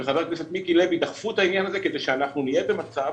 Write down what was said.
אין ויכוח בין החברים השונים שצריך לסייע לבעלי העסקים.